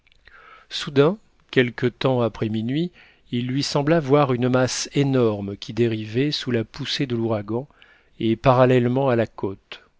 soudain quelque temps après minuit il lui sembla voir une masse énorme qui dérivait sous la poussée de l'ouragan et parallèlement à la côte